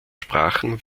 sprachen